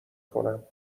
کنم